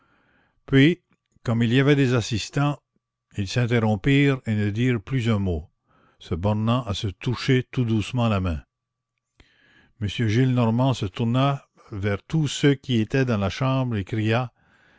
puis comme il y avait des assistants ils s'interrompirent et ne dirent plus un mot se bornant à se toucher tout doucement la main m gillenormand se tourna vers tous ceux qui étaient dans la chambre et cria